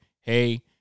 Hey